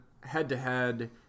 head-to-head